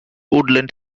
woodland